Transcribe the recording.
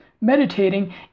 meditating